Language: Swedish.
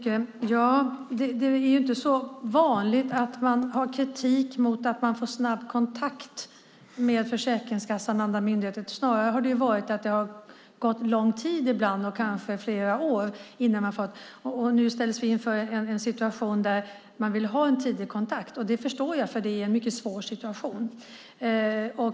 Fru talman! Det är inte så vanligt att man har kritik mot att man får snabb kontakt med Försäkringskassan och andra myndigheter. Snarare har det varit så att det har gått lång tid ibland, kanske flera år innan man har fått besked. Nu ställs vi inför en situation där man vill ha en tidig kontakt. Det förstår jag, för det är en mycket svår situation.